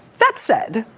that said,